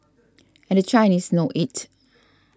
and the Chinese know it